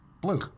blue